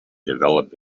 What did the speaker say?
develop